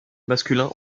masculin